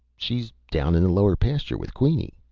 she's down in the lower pasture with queenie,